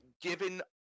given